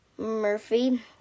Murphy